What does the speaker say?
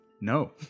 No